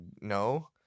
no